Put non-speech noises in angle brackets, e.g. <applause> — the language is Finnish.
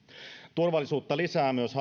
turvallisuutta lisää myös <unintelligible>